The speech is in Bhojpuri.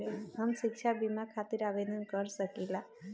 हम शिक्षा बीमा खातिर आवेदन कर सकिला?